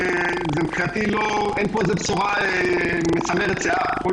מבחינתי אין פה איזו בשורה מסמרת שיער, הכול